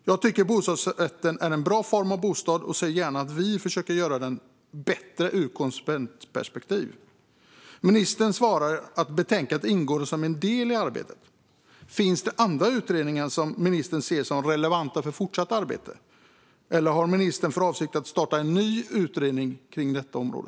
Jag tycker att bostadsrätten är en bra form av bostad och ser gärna att vi försöker att göra den bättre ur konsumentperspektiv. Ministern svarade att betänkandet ingår som en del i arbetet. Finns det andra utredningar som ministern ser som relevanta för det fortsatta arbetet, eller har ministern för avsikt att starta en ny utredning på detta område?